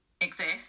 exist